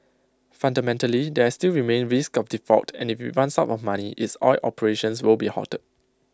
fundamentally there still remains risk of default and if IT runs out of money its oil operations will be halted